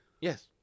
Yes